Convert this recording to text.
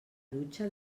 dutxa